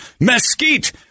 mesquite